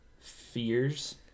fears